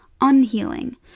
unhealing